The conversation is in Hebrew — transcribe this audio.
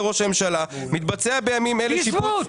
ראש הממשלה מתבצע בימים אלה שיפוץ --- פינדרוס,